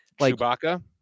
Chewbacca